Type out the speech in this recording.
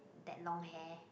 that long hair